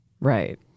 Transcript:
Right